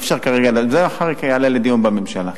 כן, אבל זה מחר יעלה לדיון בממשלה.